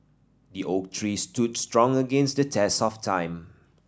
the oak tree stood strong against the test of time